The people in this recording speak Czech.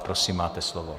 Prosím, máte slovo.